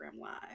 Live